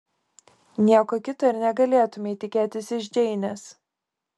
nieko kito ir negalėtumei tikėtis iš džeinės